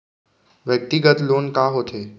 व्यक्तिगत लोन का होथे?